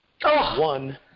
one